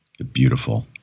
Beautiful